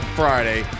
friday